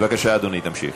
בבקשה, אדוני, תמשיך.